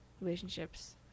relationships